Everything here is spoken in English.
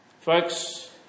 Folks